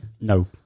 no